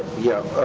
yeah.